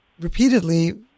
repeatedly